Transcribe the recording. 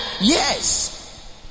Yes